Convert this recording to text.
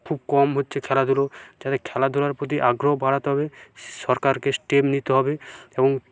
খুব কম হচ্ছে খেলধুলো যাতে খেলাধুলার প্রতি আগ্রহ বাড়াতে হবে সরকারকে স্টেপ নিতে হবে এবং